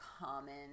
common